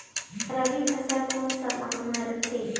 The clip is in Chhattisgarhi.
रबी फसल कोन सा माह म रथे?